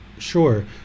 Sure